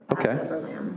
Okay